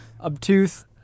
obtuse